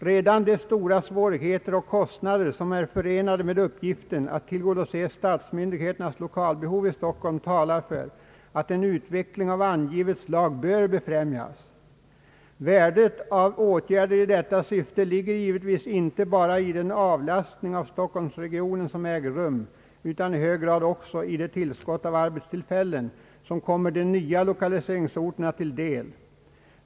Redan de stora svårigheter och kostnader som är förenade med uppgiften att tillgodose statsmyndigheternas lokalbehov i Stockholm talar för att en utveckling av angivet slag bör befrämjas. Värdet av åtgärder i detta syfte ligger givetvis inte bara i den avlastning av stockholmsregionen som äger rum utan i hög grad också i det tillskott av arbetstillfällen som kommer de nya lokaliseringsorterna till del.